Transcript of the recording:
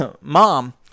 Mom